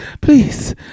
please